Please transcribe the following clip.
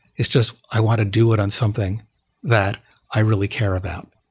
it's just i want to do it on something that i really care about.